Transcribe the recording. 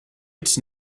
its